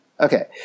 Okay